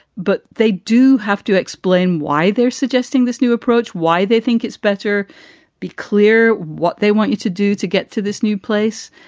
but they do have to explain why they're suggesting this new approach, why they think it's better be clear what they want you to do to get to this new place.